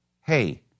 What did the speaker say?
Hey